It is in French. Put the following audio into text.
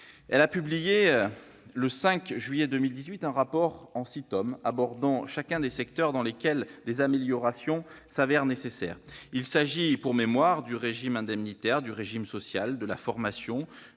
a publié le 5 juillet 2018 un rapport en six tomes, abordant chacun des secteurs dans lesquels des améliorations s'avèrent nécessaires. Il s'agit, pour mémoire, du régime indemnitaire, du régime social, de la formation,